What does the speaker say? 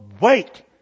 wait